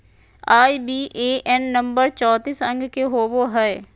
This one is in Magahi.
आई.बी.ए.एन नंबर चौतीस अंक के होवो हय